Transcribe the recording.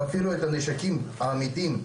ואפילו את הנשקים האמיתיים,